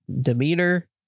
demeanor